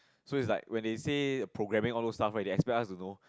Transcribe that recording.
so is like when they see programming all those stuff they expect us don't know